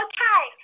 Okay